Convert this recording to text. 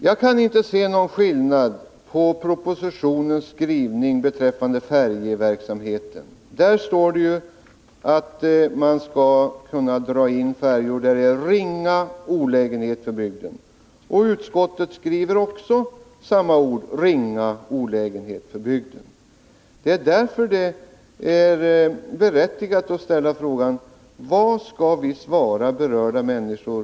Jag kan inte se någon skillnad mellan propositionens skrivning beträffande färjeverksamheten och utskottets skrivning. I propositionen står att man skall kunna dra in färjor där det medför ringa olägenhet för bygden. Utskottet använder samma uttryck: ringa olägenhet för bygden. Därför är det berättigat att ställa frågan, vad vi skall svara berörda människor.